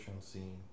scene